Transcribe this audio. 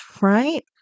right